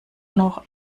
noch